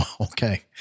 Okay